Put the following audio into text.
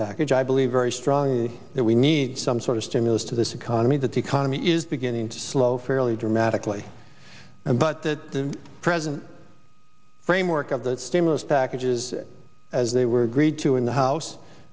package i believe very strongly that we need some sort of stimulus to this economy that the economy is beginning to slow fairly dramatically but that the president framework of the stimulus packages as they were agreed to in the house